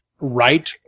right